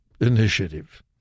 initiative